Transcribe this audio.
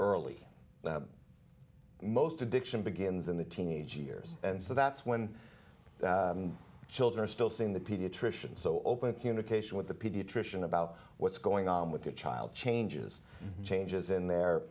early most addiction begins in the teenage years and so that's when children are still seeing the pediatrician so open communication with the pediatrician about what's going on with their child changes changes in their